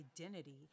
identity